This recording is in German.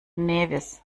nevis